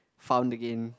found again